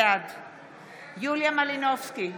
בעד יוליה מלינובסקי,